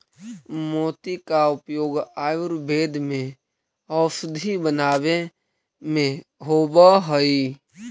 मोती का उपयोग आयुर्वेद में औषधि बनावे में होवअ हई